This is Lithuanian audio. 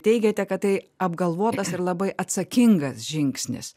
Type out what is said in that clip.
teigiate kad tai apgalvotas ir labai atsakingas žingsnis